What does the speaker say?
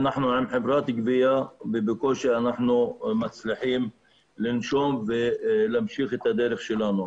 אנחנו עם חברת גבייה ובקושי אנחנו מצליחים לנשום ולהמשיך את הדרך שלנו.